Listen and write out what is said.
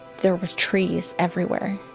there were trees everywhere.